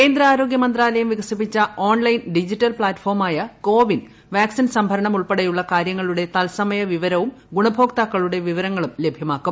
കേന്ദ്ര ആരോഗ്യ മന്ത്രാലയം വികസിപ്പിച്ച ഓൺലൈൻ ഡിജിറ്റൽ പ്ലാറ്റ്ഫോമായ കോ വിൻ വാക്സിൻ സംഭരണം ഉൾപ്പെടെയുള്ള കാര്യങ്ങളുടെ തത്സമയ വിവരങ്ങളും ഗുണ്ടോക്താക്കളുടെ വിവരങ്ങളും ലഭ്യമാക്കും